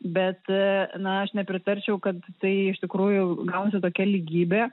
bet na aš nepritarčiau kad tai iš tikrųjų gaunasi tokia lygybė